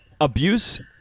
Abuse